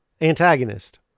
antagonist